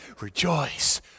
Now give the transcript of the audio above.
rejoice